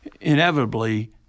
inevitably